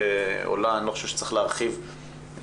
עולה ואני לא חושב שצריך להרחיב בנושא.